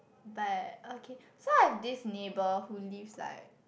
but okay so I have this neighbor who lives like